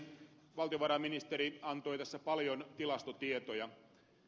valtiovarainministeri antoi tässä paljon tilastotietoja